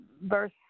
Verse